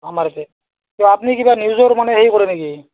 আমাৰ ইয়াতে কিয় আপুনি কিবা নিউজৰ মানে হেৰি কৰে নেকি